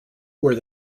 where